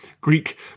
Greek